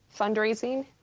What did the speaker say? fundraising